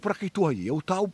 prakaituoji jau tau